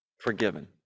forgiven